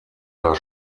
der